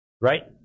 right